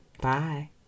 Bye